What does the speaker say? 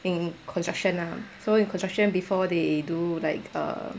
in construction lah so in construction before they do like err